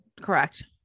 Correct